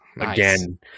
again